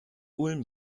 ulm